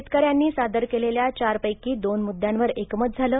शेतकऱ्यांनी सादर केलेल्या चारपैकी दोन मुद्यांवर एकमत झालं